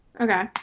Okay